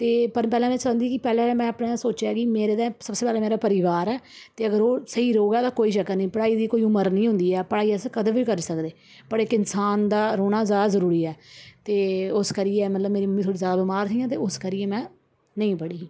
ते पर में पैह्लें समझदी ही कि में अपना सोचेआ कि मेरे ते सबसे पैह्ले मेरा परिवार ऐ ते अगर ओह् स्हेई रोवै ते कोई चक्कर निं पढ़ाई दी कोई उम्र निं होंदी ऐ पढ़ाई अस कदें बी करी सकदे पर इक इंसान दा रौह्ना जादा जरूरी ऐ ते उस करियै मतलब मेरी मम्मी थोह्ड़ी जादा बीमार हियां ते उस करियै में नेईं पढ़ी ही